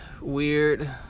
weird